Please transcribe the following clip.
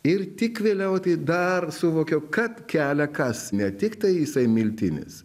ir tik vėliau tai dar suvokiau kad kelia kas ne tiktai jisai miltinis